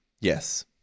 Yes